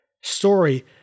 story